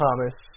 Thomas